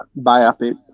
Biopic